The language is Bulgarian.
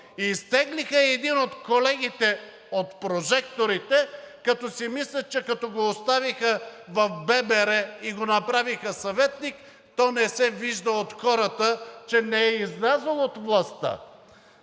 и изтеглиха един от колегите от прожекторите, като си мислят, че като го оставиха в ББР и го направиха съветник, то не се вижда от хората, че не е излязъл от властта.